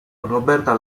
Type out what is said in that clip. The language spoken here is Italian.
roberta